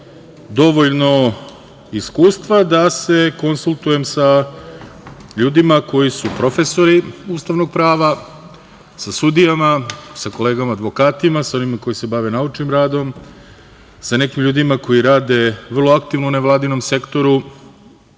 dovoljno iskustava da se konsultujem sa ljudima koji su profesori ustavnog prava, sa sudijama, sa kolegama advokatima, sa onima koji se bave naučnim radom, sa nekim ljudima koji rade vrlo aktivno u nevladinom sektoru